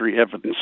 evidence